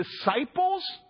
disciples